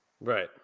right